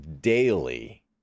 daily